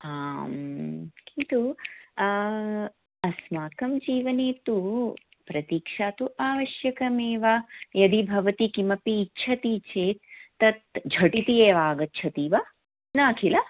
आं किन्तु अस्माकं जीवने तु प्रतीक्षा तु आवश्यकमेव यदि भवति किमपि इच्छति चेत् तत् झटिति एव आगच्छति वा न किल